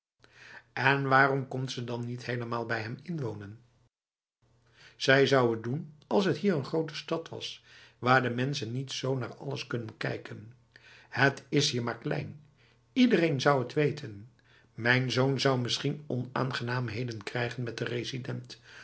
en waarom komt ze dan niet helemaal bij hem inwonen zij zou het doen als het hier een grote stad was waar de mensen niet zo naar alles kunnen kijken het is hier maar klein iedereen zou het weten mijn zoon zou misschien onaangenaamheden krijgen met de resident